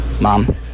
Mom